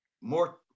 more